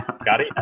Scotty